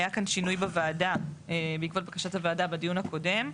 היה כאן שינוי בוועדה בעקבות בקשת הוועדה בדיון הקודם,